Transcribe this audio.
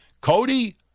Cody